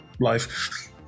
life